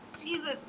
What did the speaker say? Jesus